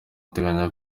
ateganya